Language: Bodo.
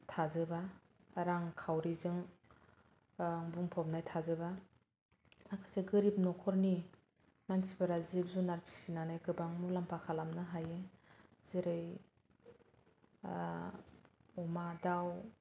थाजोबा रां खावरिजों बुंफबनाय थाजोबा माखासे गोरिब न'खरनि मानसिफोरा जिब जुनार फिसिनानै गोबां मुलाम्फा खालामनो हायो जेरै अमा दाव